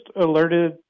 alerted